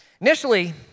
Initially